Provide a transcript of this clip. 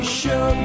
show